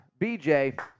BJ